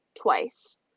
twice